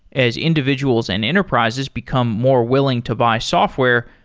as individuals and enterprises become more willing to buy software,